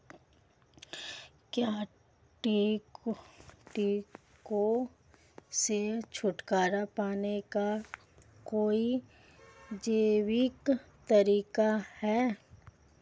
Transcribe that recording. क्या कीटों से छुटकारा पाने का कोई जैविक तरीका है?